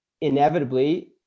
inevitably